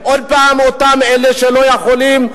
עוד פעם אותם אלה שלא יכולים,